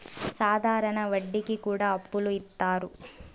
సాధారణ వడ్డీ కి కూడా అప్పులు ఇత్తారు